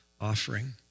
offering